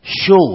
show